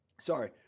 sorry